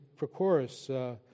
Prochorus